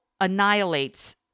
annihilates